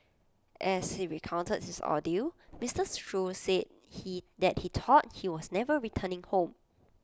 as he recounted his ordeal Mister Shoo said he that he thought he was never returning home